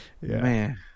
Man